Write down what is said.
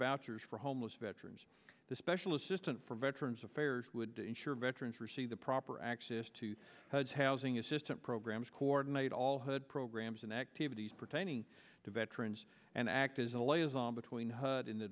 vouchers for homeless veterans the special assistant for veterans affairs would ensure veterans receive the proper access to as housing assistance programs coordinate all hood programs and activities pertaining to veterans and act as a liaison between hud in the